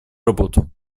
работу